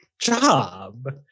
job –